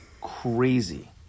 crazy